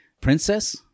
princess